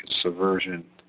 subversion